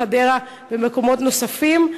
בחדרה ובמקומות נוספים.